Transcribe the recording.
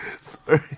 Sorry